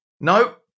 Nope